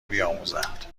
بیاموزند